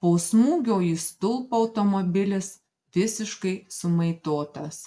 po smūgio į stulpą automobilis visiškai sumaitotas